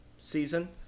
season